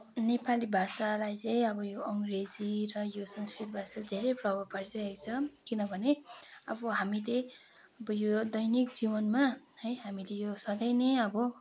नेपाली भाषालाई चाहिँ अब यो अङ्ग्रेजी र यो संस्कृत भाषाले धेरै प्रभाव पारिरहेको छ किनभने अब हामीले अब यो दैनिक जीवनमा है हामीले यो सधैँ नै अब